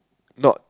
not